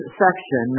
section